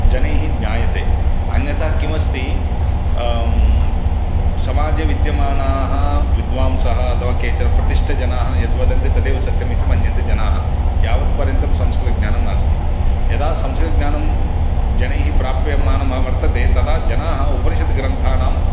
जनैः ज्ञायते अन्यता किमस्ति समाजे विद्यमानाः विद्वांसाः अथवा केचनप्रतिष्ठजनाः यद्वदन्ति तदेव सत्यमिति मन्यते जनाः यावत्पर्यन्तं संस्कृतज्ञानं नास्ति यदा संस्कृतज्ञानं जनैः प्राप्यमानं अ वर्तते तदा जनाः उपनिषद्ग्रन्थानां